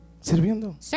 Sirviendo